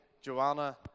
Joanna